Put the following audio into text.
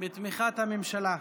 בתמיכת הממשלה.